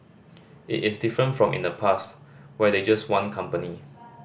it is different from in the past where they just want company